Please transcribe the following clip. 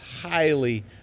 highly